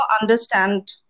understand